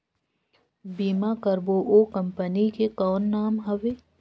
बीमा करबो ओ कंपनी के कौन नाम हवे?